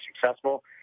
successful